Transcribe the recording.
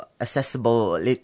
accessible